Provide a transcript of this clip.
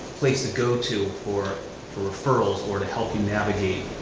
place to go to for for referrals or to help you navigate